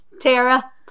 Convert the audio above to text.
Tara